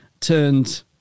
turned